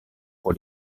pour